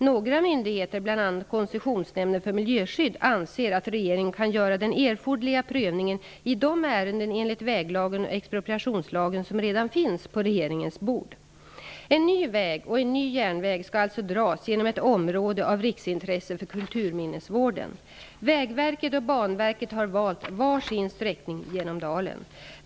Några myndigheter, bl.a. Koncessionsnämnden för miljöskydd, anser att regeringen kan göra den erforderliga prövningen enligt väglagen och expropriationslagen, av de ärenden som redan finns på regeringens bord. En ny väg och en ny järnväg skall alltså dras genom ett område av riksintresse för kulturminnesvården. Vägverket och Banverket har valt var sin sträckning genom dalen.